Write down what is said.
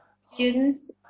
students